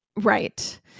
Right